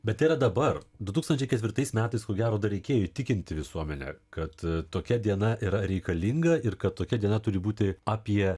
bet yra dabar du tūkstančiai ketvirtais metais ko gero dar reikėjo įtikinti visuomenę kad tokia diena yra reikalinga ir kad tokia diena turi būti apie